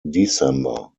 december